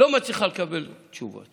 לא מצליחה לקבל תשובות